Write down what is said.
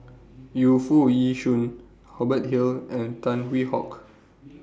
Yu Foo Yee Shoon Hubert Hill and Tan Hwee Hock